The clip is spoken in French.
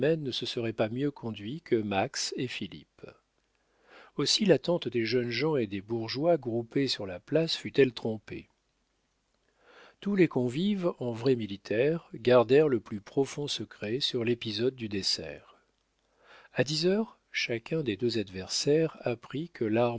ne se seraient pas mieux conduits que max et philippe aussi l'attente des jeunes gens et des bourgeois groupés sur la place fut-elle trompée tous les convives en vrais militaires gardèrent le plus profond secret sur l'épisode du dessert a dix heures chacun des deux adversaires apprit que l'arme